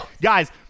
guys